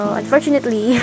unfortunately